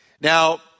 Now